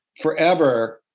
forever